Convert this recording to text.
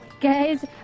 Guys